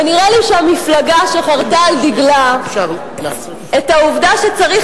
ונראה לי שהמפלגה שחרתה על דגלה את העובדה שצריך